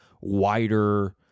wider